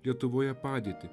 lietuvoje padėtį